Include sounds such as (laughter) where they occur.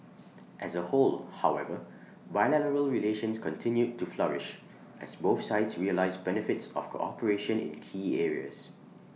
(noise) as A whole however bilateral relations continued to flourish as both sides realise benefits of cooperation in key areas